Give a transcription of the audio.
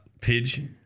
Pidge